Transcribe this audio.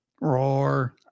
Roar